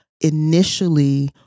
initially